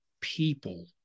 people